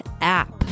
app